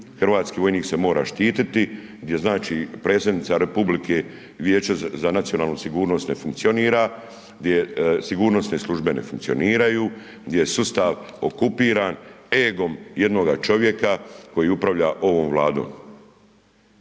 Hrvatski vojnik se mora štitit, gdje znači predsjednika Republike i Vijeće za nacionalnu sigurnost ne funkcionira, gdje sigurnosne službe ne funkcioniraju, gdje je sustav okupiran egom jednoga čovjeka koji upravlja ovom Vladom